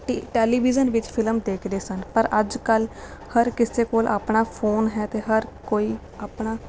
television ਵਿੱਚ film ਦੇਖਦੇ ਸਨ ਪਰ ਅੱਜਕੱਲ੍ਹ ਹਰ ਕਿਸੇ ਕੋਲ ਆਪਣਾ ਫੋਨ ਹੈ ਅਤੇ ਹਰ ਕੋਈ ਆਪਣਾ